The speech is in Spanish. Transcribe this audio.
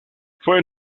fue